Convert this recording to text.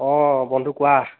অঁ বন্ধু কোৱা